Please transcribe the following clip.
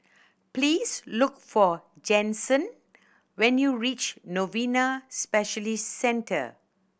please look for Jensen when you reach Novena Specialist Centre